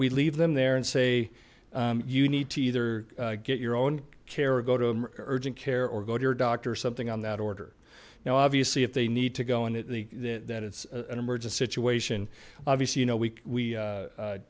we leave them there and say you need to either get your own care or go to urgent care or go to your doctor or something on that order now obviously if they need to go into the that it's an emergency situation obviously you know we